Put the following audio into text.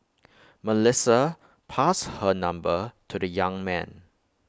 Melissa passed her number to the young man